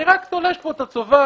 אני רק תולש פה את הצובר,